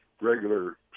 regular